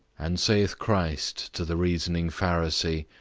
and saith christ to the reasoning pharisee,